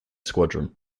squadron